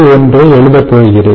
1 ஐ எழுதப்போகிறேன்